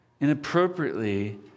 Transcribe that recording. inappropriately